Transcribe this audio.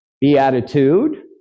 beatitude